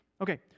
Okay